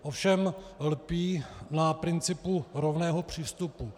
Ovšem lpí na principu rovného přístupu.